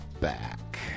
back